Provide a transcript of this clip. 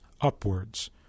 upwards